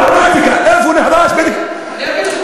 איפה נהרס תשמע,